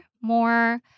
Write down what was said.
more